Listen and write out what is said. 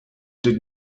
did